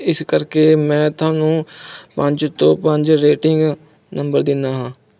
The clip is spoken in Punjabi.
ਇਸ ਕਰਕੇ ਮੈਂ ਤੁਹਾਨੂੰ ਪੰਜ ਤੋਂ ਪੰਜ ਰੇਟਿੰਗ ਨੰਬਰ ਦਿੰਦਾ ਹਾਂ